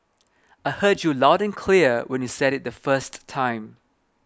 I heard you loud and clear when you said it the first time